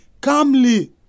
calmly